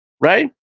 right